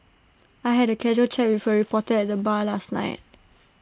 I had A casual chat with A reporter at the bar last night